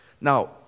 Now